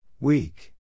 Weak